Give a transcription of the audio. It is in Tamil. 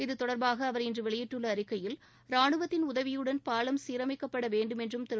இது தொடர்பாக அவர் இன்று வெளியிட்டுள்ள அறிக்கையில் ராணுவத்தின் உதவியுடன் பாலம் சீரமைக்கப்பட வேண்டும் என்றும் திரு